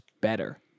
better